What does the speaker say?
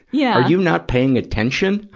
yeah you not paying attention?